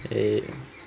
eh